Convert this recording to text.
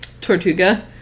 Tortuga